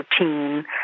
routine